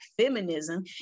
feminism